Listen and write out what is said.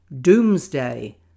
doomsday